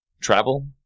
travel